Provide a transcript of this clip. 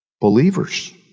believers